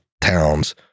towns